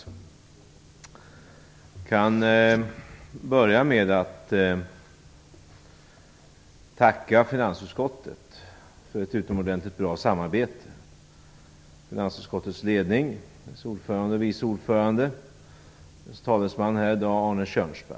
Jag kan börja med att tacka finansutskottet, dess ledning, dess ordförande, dess vice ordförande och dess talesman här i dag Arne Kjörnsberg för ett utomordentligt bra samarbete.